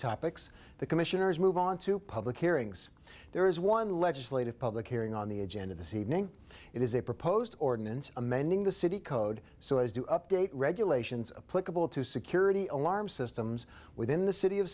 topics the commissioners move on to public hearings there is one legislative public hearing on the agenda this evening it is a proposed ordinance amending the city code so as to update regulations political to security alarm systems within the city of